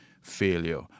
Failure